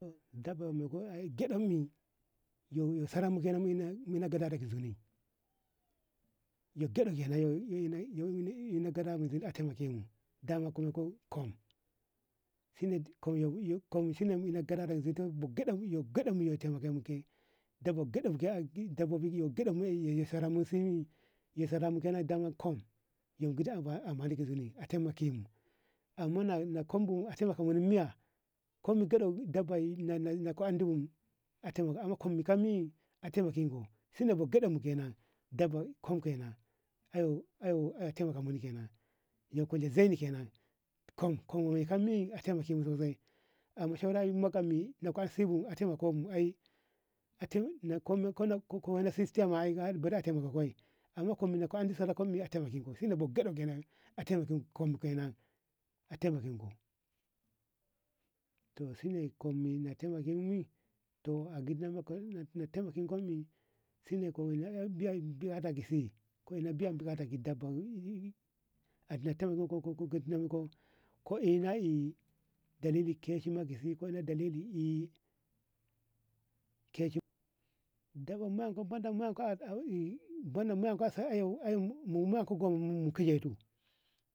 Dabba mu kum gaɗani yo yo saran mu mu kenan mu ina gadara ki zoni yo gaɗemu mu a taimakemu dama kume ko kum shi inne kumshine mu mu ina gadara ga zito shi inne gaɗau gaɗaune geɗaumu yo ke a taimakemu mu ke daba geɗauke a sara simi muke kam daman kum amman kum buon a taimako miya komin geɗau dabba na ka anɗibo na taimaka ko miya amman kum ka andi mi na taimakan ko sene bo geɗaukenan daba kum kenan ey yo a taimaka mu kenan ya kula zaini kenan kum kum weika mi a taimake mu sosai amman saura na ko na sibo a taimako ae na ka waina sisti em bale a taimake ko amman na kum na ka nɗi sara a taimakeko shine bo geɗaukenan a taimaken ko kum kenan a taimaken mu to a taimakanko siyi shine na biyan bukata ka dabba ko nata ko dalili kesi ma zeti ko dalili kesi ma keshi banan mu a ko gum ka eytu.